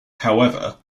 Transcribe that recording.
however